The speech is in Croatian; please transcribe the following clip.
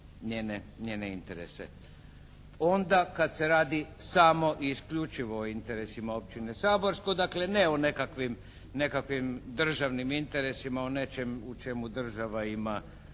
njene interese. Onda kad se radi samo i isključivo o interesima općine Saborsko, dakle, ne o nekakvim državnim interesima, o nečem u čemu država ima